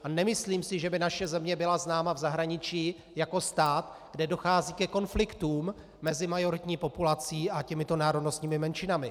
A nemyslím si, že by naše země byla známa v zahraničí jako stát, kde dochází ke konfliktům mezi majoritní populací a těmito národnostními menšinami.